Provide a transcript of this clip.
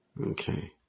Okay